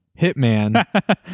hitman